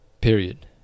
period